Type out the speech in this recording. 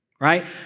right